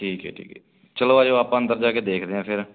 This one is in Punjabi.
ਠੀਕ ਹੈ ਠੀਕ ਹੈ ਚੱਲੋ ਆ ਜਾਓ ਆਪਾਂ ਅੰਦਰ ਜਾ ਕੇ ਦੇਖਦੇ ਹਾਂ ਫਿਰ